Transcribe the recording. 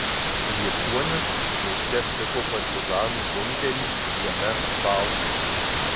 liepuonius miške aptiko partizanų bunkerį jame šautuvą